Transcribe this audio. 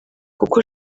kuko